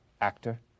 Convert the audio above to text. actor